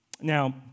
Now